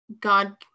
God